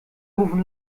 rufen